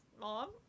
mom